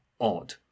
odd